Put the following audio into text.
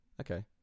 Okay